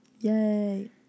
Yay